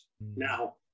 Now